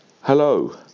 Hello